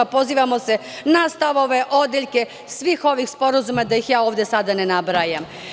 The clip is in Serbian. Pozivamo se na stavove, odeljke svih ovih sporazuma, a da ih ja ovde sada ne nabrajam.